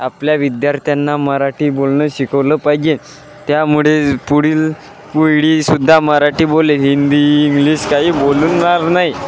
आपल्या विद्यार्थ्यांना मराठी बोलणं शिकवलं पाहिजे त्यामुळे पुढील पिढी सुद्धा मराठी बोलेल हिंदी इंग्लिश काही बोलणार नाही